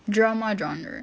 drama genre